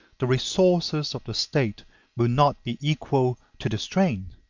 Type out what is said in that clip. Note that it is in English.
the resources of the state will not be equal to the strain.